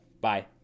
bye